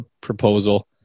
proposal